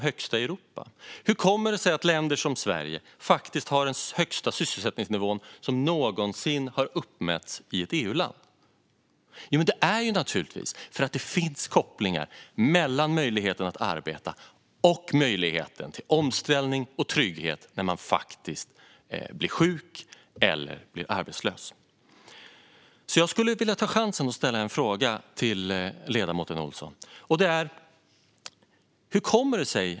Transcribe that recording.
Hur kommer det sig att länder som Sverige faktiskt har den högsta sysselsättningsnivån som någonsin har uppmätts i ett EU-land? Det är naturligtvis för att det finns kopplingar mellan möjligheten att arbeta och möjligheten till omställning och trygghet när man blir sjuk eller arbetslös. Jag skulle därför vilja ta chansen att ställa en fråga till ledamoten Olsson.